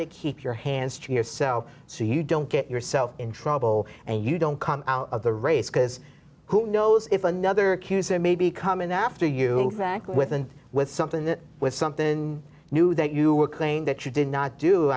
to keep your hands to yourself so you don't get yourself in trouble and you don't come out of the race because who knows if another maybe coming after you back with and with something that was something new that you were claiming that you did not do